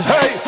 Hey